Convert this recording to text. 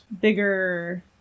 bigger